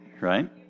Right